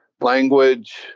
language